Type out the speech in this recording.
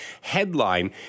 headline